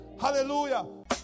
Hallelujah